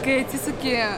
kai atsisuki